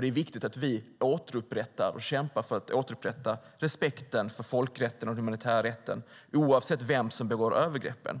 Det är viktigt att vi kämpar för att återupprätta respekten för folkrätten och den humanitära rätten, oavsett vem som begår övergreppen.